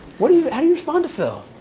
but do you and you respond to phil?